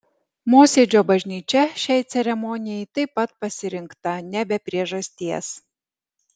mosėdžio bažnyčia šiai ceremonijai taip pat pasirinkta ne be priežasties